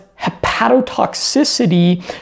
hepatotoxicity